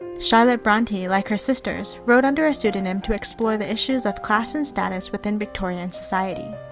charlotte bronte, like her sisters, wrote under a pseudonym to explore the issues of class and status within victorian society.